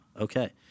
Okay